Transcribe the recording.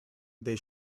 they